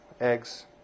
eggs